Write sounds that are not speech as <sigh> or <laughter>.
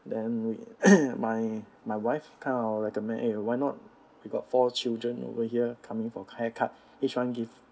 then <coughs> my my wife kind of recommend eh why not we got four children over here coming for hair cut each one give